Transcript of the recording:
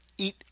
eat